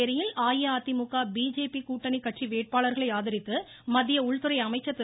புதுச்சேரியில் அஇஅதிமுக பிஜேபி கூட்டணி கட்சி வேட்பாளர்களை ஆதரித்து மத்திய உள்துறை அமைச்சர் திரு